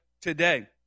today